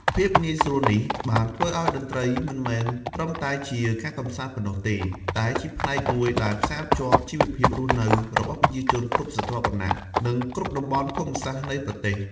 ភាពងាយស្រួលនេះបានធ្វើឲ្យតន្ត្រីមិនមែនត្រឹមតែជាការកម្សាន្តប៉ុណ្ណោះទេ តែជាផ្នែកមួយដែលផ្សារភ្ជាប់ជីវភាពរស់នៅរបស់ប្រជាជនគ្រប់ស្រទាប់វណ្ណៈ និងគ្រប់តំបន់ភូមិសាស្ត្រនៃប្រទេស។